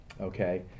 okay